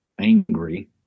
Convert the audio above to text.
angry